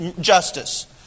justice